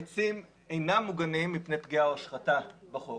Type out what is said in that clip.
עצים אינם מוגנים מפני פגיעה או השחתה בחוק.